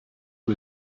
who